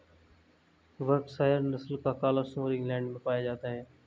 Berkshire नस्ल का काला सुअर इंग्लैण्ड में पाया जाता है